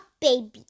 baby